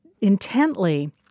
intently